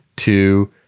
two